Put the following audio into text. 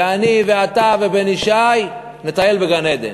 ואני ואתה ובן ישי נטייל בגן-עדן.